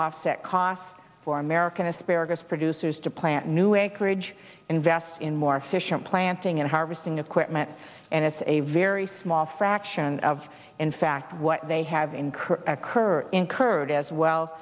offset costs for american asparagus producers to plant new anchorage invest in more efficient planting and harvesting equipment and it's a very small fraction of in fact what they have incurred a curse incurred as well